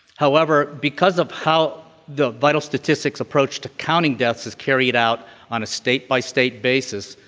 however, because of how the vital statistics' approach to counting deaths is carried out on a state-by-state basis,